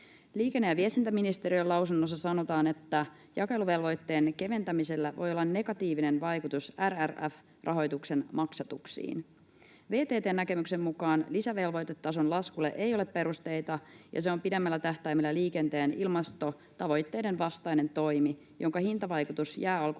Liikenne- ja viestintäministeriön lausunnossa sanotaan, että jakeluvelvoitteen keventämisellä voi olla negatiivinen vaikutus RRF-rahoituksen maksatuksiin. VTT:n näkemyksen mukaan lisävelvoitetason laskulle ei ole perusteita ja se on pidemmällä tähtäimellä liikenteen ilmastotavoitteiden vastainen toimi, jonka hintavaikutus jää alkuvaiheessa